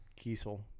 Kiesel